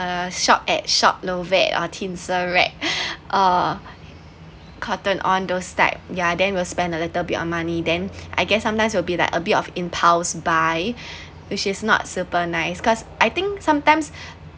the shop at shop novak or tinsel rack or cotton on those type ya then will spend a little bit on money then I guess sometimes will be like a bit of impulse buy which is not super nice because I think sometimes